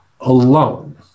alone